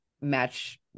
match